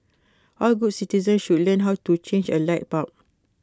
all good citizens should learn how to change A light bulb